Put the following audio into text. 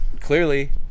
clearly